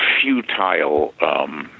futile